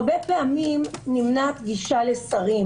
הרבה פעמים נמנעת גישה לשרים,